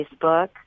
Facebook